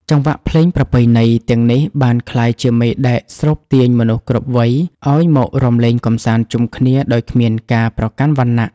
ចង្វាក់ភ្លេងប្រពៃណីទាំងនេះបានក្លាយជាមេដែកស្រូបទាញមនុស្សគ្រប់វ័យឱ្យមករាំលេងកម្សាន្តជុំគ្នាដោយគ្មានការប្រកាន់វណ្ណៈ។